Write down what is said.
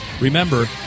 Remember